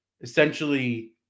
essentially